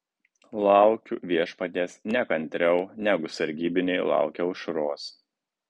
laukiu viešpaties nekantriau negu sargybiniai laukia aušros